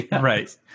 Right